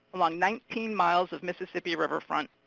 along nineteen miles of mississippi riverfront,